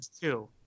two